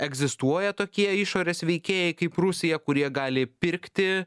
egzistuoja tokie išorės veikėjai kaip rusija kurie gali pirkti